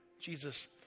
Jesus